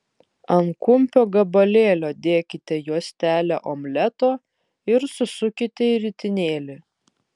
ant kumpio gabalėlio dėkite juostelę omleto ir susukite į ritinėlį